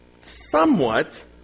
somewhat